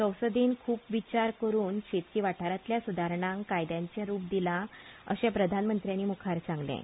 संसदेन खूब विचार करून शेती वाठारांतल्या सुदारणांक कायद्याचें रुप दिलां अशें प्रधानमंत्र्यांनी मुखार सांगलें